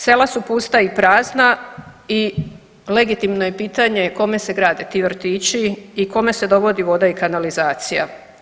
Sela su pusta i prazna i legitimno je pitanje kome se grade ti vrtići i kome se dovodi voda i kanalizacija.